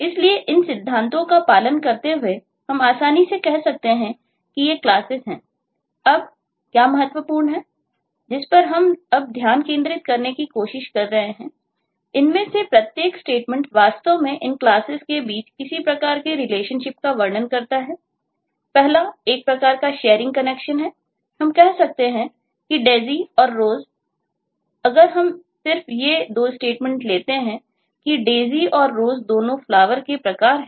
इसलिए इन सिद्धांतों का पालन करते हुए हम आसानी से कह सकते हैं कि ये क्लासेस लेते हैं कि Daisy और Rose दोनों Flower के प्रकार हैं